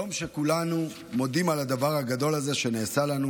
יום שכולנו מודים על הדבר הגדול שנעשה לנו,